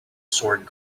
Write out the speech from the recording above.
sword